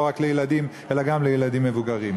לא רק לילדים אלא גם למבוגרים.